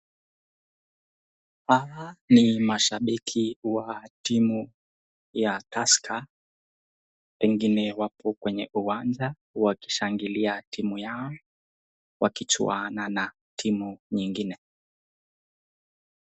Hawa ni mashabiki wa timu ya Tusker. Pengine wako kwenye uwanja wakishangilia timu yao wakichuana na timu nyingine.